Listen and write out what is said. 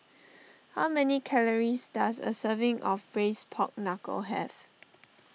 how many calories does a serving of Braised Pork Knuckle have